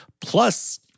plus